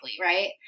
right